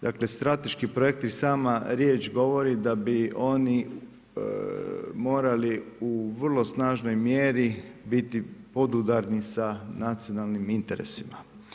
Dakle strateški projekti i sama riječ govori da bi oni morali u vrlo snažnoj mjeri biti podudarni sa nacionalnim interesima.